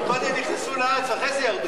קודם נכנסו לארץ, אחרי זה ירדו.